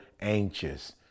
anxious